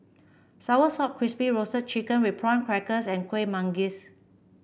soursop Crispy Roasted Chicken with Prawn Crackers and Kuih Manggis